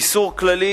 איסור כללי,